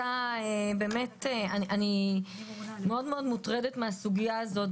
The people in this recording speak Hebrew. אני מוטרדת מאוד מן הסוגיה הזאת,